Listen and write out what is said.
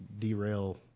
derail